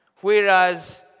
Whereas